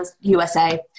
USA